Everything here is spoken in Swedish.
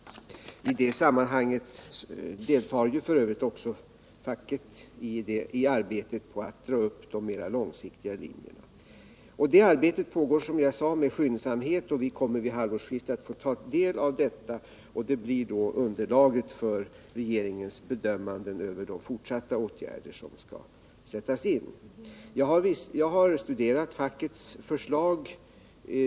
I detta sammanhang deltar f. ö. också facket i arbetet på att dra upp de mera långsiktiga linjerna. Det arbetet pågår, som jag sade, med skyndsamhet, och vi kommer vid halvårsskiftet att få ta del av detta. Det blir då underlaget för regeringens bedömningar av vilka ytterligare åtgärder som skall sättas in. Jag har studerat fackets förslag.